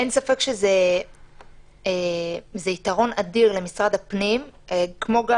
אין ספק שזה יתרון אדיר למשרד הפנים כמו גם